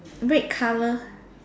red colour